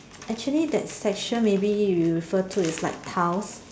actually that section maybe you refer to is like tiles